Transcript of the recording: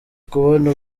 kubona